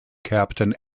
captain